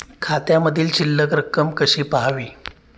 खात्यामधील शिल्लक रक्कम कशी पहावी?